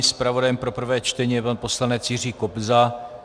Zpravodajem pro prvé čtení je poslanec Jiří Kobza.